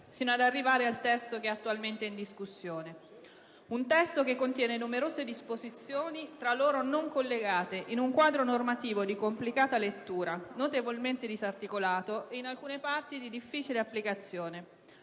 sino ad arrivare al testo attualmente in discussione. Un testo che contiene numerose disposizioni tra loro non collegate in un quadro normativo di complicata lettura, notevolmente disarticolato e in alcune parti di difficile applicazione.